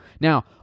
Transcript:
Now